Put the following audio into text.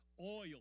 Oil